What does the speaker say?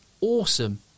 awesome